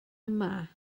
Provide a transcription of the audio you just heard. yma